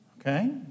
okay